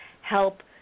help